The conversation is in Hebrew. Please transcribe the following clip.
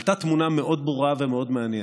עלתה תמונה מאוד ברורה ומאוד מעניינת: